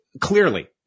clearly